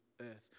earth